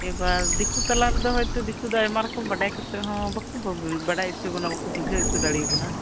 ᱮᱵᱟᱨ ᱫᱤᱠᱩ ᱛᱟᱞᱟ ᱨᱮ ᱛᱟᱦᱮᱸ ᱠᱟᱛᱮ ᱫᱚ ᱫᱤᱠᱩ ᱫᱚ ᱵᱟᱠᱚ ᱵᱟᱰᱟᱭ ᱦᱚᱪᱚ ᱵᱚᱱᱟ ᱵᱟᱠᱚ ᱵᱩᱡᱷᱟᱹᱣ ᱦᱚᱪᱚ ᱵᱚᱱᱟ